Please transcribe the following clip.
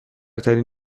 ترین